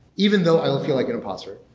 even though i will feel like an imposter,